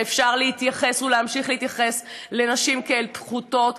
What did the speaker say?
ושאפשר להתייחס ולהמשיך להתייחס לנשים כאל פחותות,